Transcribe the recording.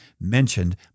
mentioned